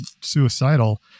suicidal